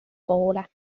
poole